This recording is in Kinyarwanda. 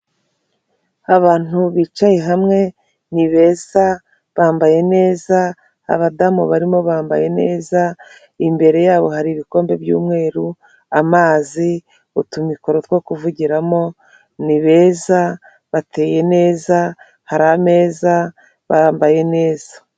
Abantu bicaye hamwe ni beza, bambaye neza, abadamu barimo bambaye neza, imbere yabo hari ibikombe by'umweru amazi, utumiko two kuvugiramo, ni beza, bateye neza, hari ameza, bambaye neza.